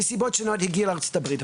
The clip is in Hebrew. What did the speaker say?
ומסיבות שונות הגיע לארצות-הברית.